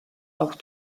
auch